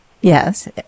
Yes